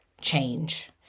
change